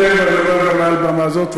ואני אומר מעל במה זאת,